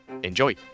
enjoy